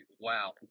wow